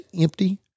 empty